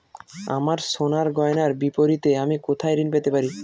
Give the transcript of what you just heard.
আমার সোনার গয়নার বিপরীতে আমি কোথায় ঋণ পেতে পারি?